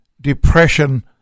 depression